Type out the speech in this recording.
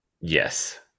Yes